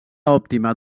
òptima